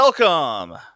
Welcome